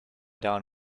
down